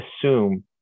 assume